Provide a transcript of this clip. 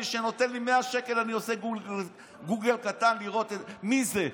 מי שנותן לי 100 שקל אני עושה גוגל קטן לראות מי זה.